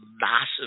massive